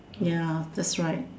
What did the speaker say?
ya that's right